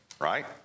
right